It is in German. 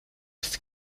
ist